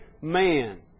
man